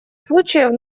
случаев